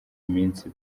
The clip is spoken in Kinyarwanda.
iminsi